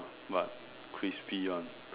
but crispy one